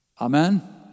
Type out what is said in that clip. Amen